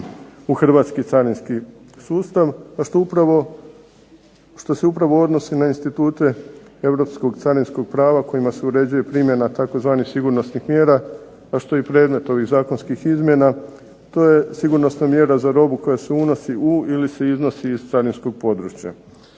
u hrvatski carinski sustav, a što se upravo odnosi na institute europskog carinskog prava kojima se uređuje primjena tzv. sigurnosnih mjera, a što je i predmet ovih zakonskih izmjena. To je sigurnosna mjera za robu koja se unosi u ili se iznosi iz carinskog područja.